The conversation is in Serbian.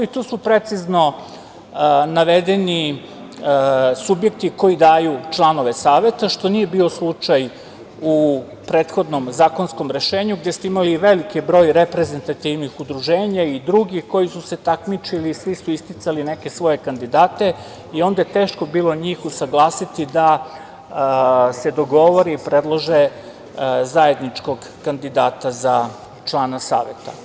Tu su precizno navedeni subjekti koji daju članove Saveta, što nije bio slučaj u prethodnom zakonskom rešenju, gde ste imali veliki broj reprezentativnih udruženja i drugih koji su se takmičili, svi su isticali neke svoje kandidate i onda je teško bilo njih usaglasiti da se dogovore i predlože zajedničkog kandidata za člana Saveta.